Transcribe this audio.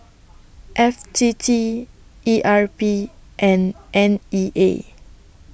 F T T E R P and N E A